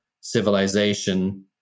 civilization